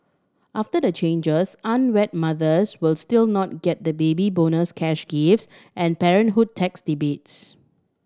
after the changes unwed mothers will still not get the Baby Bonus cash gifts and parenthood tax debates